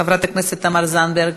חברת הכנסת תמר זנדברג,